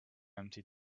empty